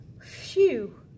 phew